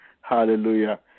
hallelujah